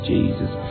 Jesus